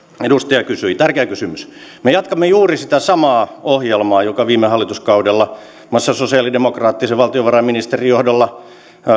edustaja kysyi tärkeä kysymys me jatkamme juuri sitä samaa ohjelmaa jota viime hallituskaudella muun muassa sosiaalidemokraattisen valtiovarainministerin johdolla